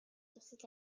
дусал